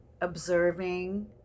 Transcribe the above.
observing